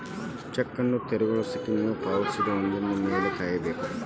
check ಅನ್ನು ತೆರವುಗೊಳಿಸ್ಲಿಕ್ಕೆ ನೇವು ಪಾವತಿಸಿದ ಒಂದಿನದ್ ಮ್ಯಾಲೆ ಕಾಯಬೇಕು